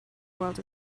world